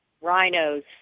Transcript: rhinos